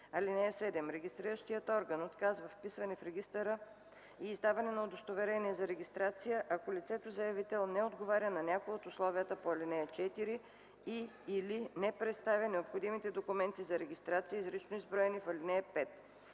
(7) Регистриращият орган отказва вписване в регистъра и издаване на удостоверение за регистрация, ако лицето-заявител не отговаря на някое от условията по ал. 4 и/или не представя необходимите документи за регистрация, изрично изброени в ал. 5.